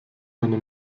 eine